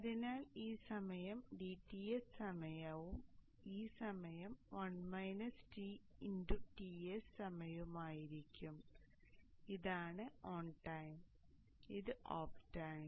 അതിനാൽ ഈ സമയം dTs സമയവും ഈ സമയം Ts സമയവുമായിരിക്കും ഇതാണ് ഓൺ ടൈം ഇത് ഓഫ് ടൈം